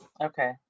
Okay